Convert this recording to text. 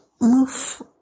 move